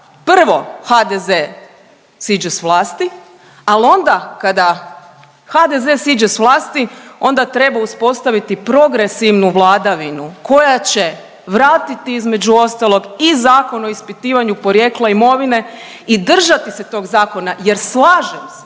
prvo HDZ siđe s vlasti, al onda kada HDZ siđe s vlasti onda treba uspostaviti progresivnu vladavinu koja će vratiti između ostalog i Zakon o ispitivanju porijekla i imovine i držati se tog zakona jer slažem se,